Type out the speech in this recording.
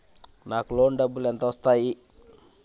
నాకు లోన్ డబ్బులు ఎంత వస్తాయి?